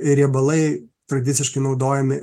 ir riebalai tradiciškai naudojami